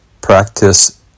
practice